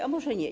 A może nie.